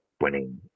winning